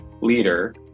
leader